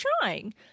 trying